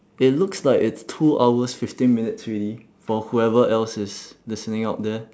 it looks like it's two hours fifteen minutes already for whoever else is listening out there